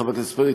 חבר הכנסת פרי,